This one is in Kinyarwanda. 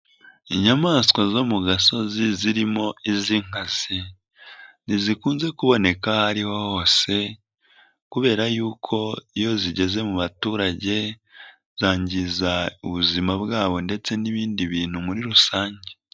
Inyamaswa zo mu gasozi zirimo iz'inkazi ntizikunze kuboneka aho ariho hose kubera y'uko iyo zigeze mu baturage zangiza ubuzima bwabo ndetse n'ibindi bintu muri rusange.